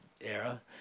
era